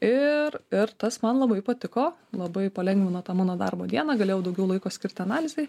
ir ir tas man labai patiko labai palengvino tą mano darbo dieną galėjau daugiau laiko skirt analizei